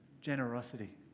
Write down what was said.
generosity